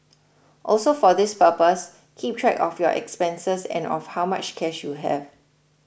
also for this purpose keep track of your expenses and of how much cash you have